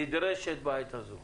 נדרשת בעת הזו.